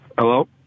Hello